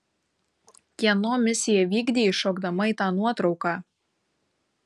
kieno misiją vykdei įšokdama į tą nuotrauką